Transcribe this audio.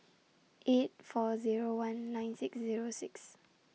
eight four Zero one nine six Zero six